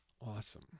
Awesome